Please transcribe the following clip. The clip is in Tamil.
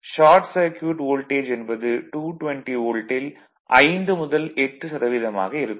ஷார்ட் சர்க்யூட் வோல்டேஜ் என்பது 220 வோல்ட்டில் 5 முதல் 8 சதவீதம் ஆக இருக்கும்